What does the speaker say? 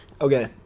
Okay